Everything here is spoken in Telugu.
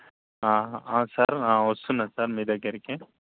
అవును సార్ వస్తున్నాను సార్ మీ దగ్గరకి